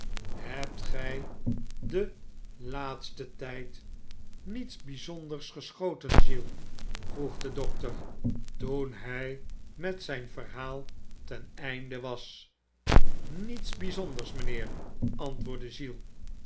hebt gij in den laatsten tijd niets bijzonders geschoten giles vroeg de dokter toen hij met zijn verhaal ten einde was niets bijzonders mijnheer antwoordde giles